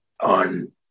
on